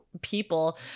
people